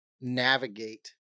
navigate